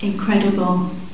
incredible